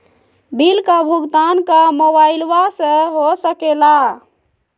Bill का भुगतान का मोबाइलवा से हो सके ला?